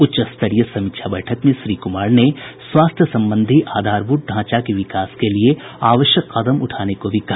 उच्चस्तरीय समीक्षा बैठक में श्री कुमार ने स्वास्थ्य संबंधित आधारभूत ढांचा के विकास के लिए आवश्यक कदम उठाने को भी कहा